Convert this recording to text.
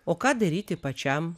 o ką daryti pačiam